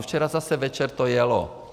Včera zase večer to jelo.